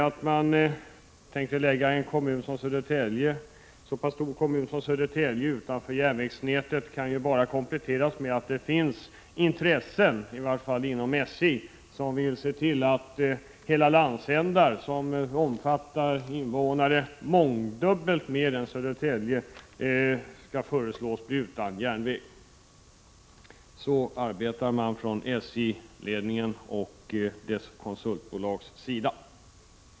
Att man tänker lägga en så pass stor kommun som Södertälje utanför järnvägsnätet kan kompletteras med att det finns intressen, i varje fall inom SJ, som vill se till att hela landsändar med mångdubbelt fler invånare än Södertälje skall föreslås bli utan järnväg. Så arbetar man från SJ-ledningens och dess konsultbolags sida.